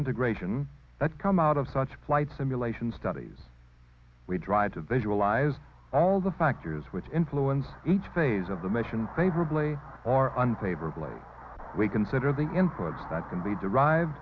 integration that come out of such flight simulation studies we drive to visualize all the factors which influence each phase of the mission favorably or unfavorably we consider the inputs that can be derive